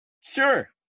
Sure